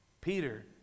Peter